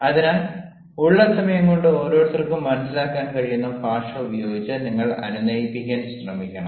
അതിനാൽ ഉള്ള സമയം കൊണ്ട് ഓരോരുത്തർക്കും മനസിലാക്കാൻ കഴിയുന്ന ഭാഷ ഉപയോഗിച്ച് നിങ്ങൾ അനുനയിപ്പിക്കാൻ ശ്രമിക്കണം